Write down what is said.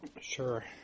Sure